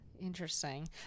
interesting